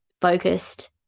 focused